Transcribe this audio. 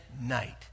night